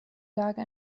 lage